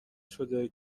شده